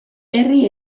herri